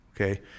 okay